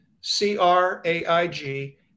C-R-A-I-G